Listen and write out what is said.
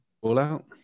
Fallout